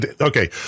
Okay